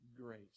grace